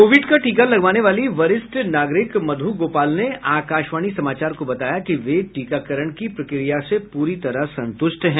Covid का टीका लगवाने वाली वरिष्ठ नागरिक मध्र गोपाल ने आकाशवाणी समाचार को बताया कि वे टीकाकरण की प्रक्रिया से पूरी तरह संतुष्ट हैं